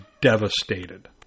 devastated